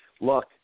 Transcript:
Look